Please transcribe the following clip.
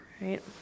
Right